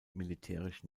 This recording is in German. militärisch